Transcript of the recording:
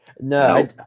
No